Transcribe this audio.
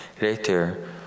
Later